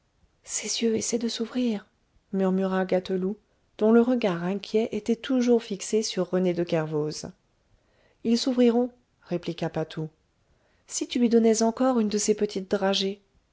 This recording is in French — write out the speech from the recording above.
ses yeux essayent de s'ouvrir murmura gâteloup dont le regard inquiet était toujours fixé sur rené de kervoz ils s'ouvriront répliqua patou si tu lui donnais encore une de ces petites dragées